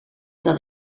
dat